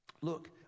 Look